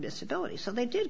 disability so they did